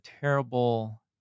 terrible